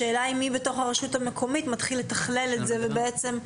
השאלה היא מי בתוך הרשות המקומית מתחיל לתכלל את זה ולהבין.